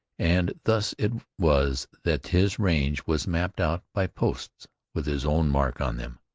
and thus it was that his range was mapped out by posts with his own mark on them.